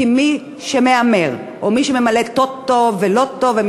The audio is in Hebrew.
כי מי שמהמרים או ממלאים טופסי לוטו וטוטו או קונים